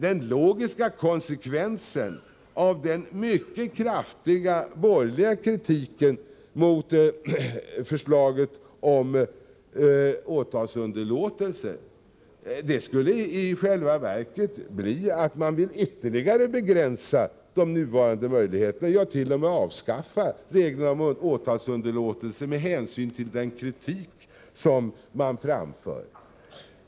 Den logiska konsekvensen av den mycket kraftiga borgerliga kritiken mot förslaget om åtalsunderlåtelse skulle i själva verket bli att man vill ytterligare begränsa de nuvarande möjligheterna, ja, t.o.m. avskaffa reglerna om åtalsunderlåtelse.